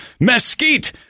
mesquite